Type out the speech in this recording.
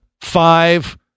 five